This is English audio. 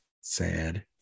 Sad